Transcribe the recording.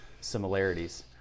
similarities